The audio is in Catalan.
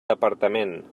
departament